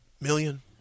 million